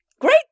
great